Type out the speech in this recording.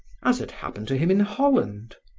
as had happened to him in holland?